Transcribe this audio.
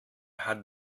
hat